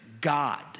God